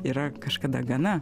yra kažkada gana